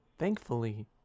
Thankfully